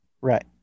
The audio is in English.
right